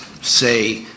say